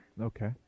Okay